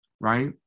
right